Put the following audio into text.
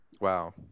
Wow